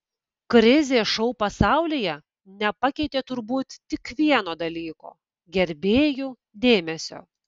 krizė šou pasaulyje nepakeitė turbūt tik vieno dalyko gerbėjų dėmesio